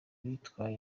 bitwaje